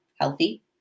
healthy